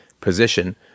position